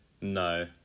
No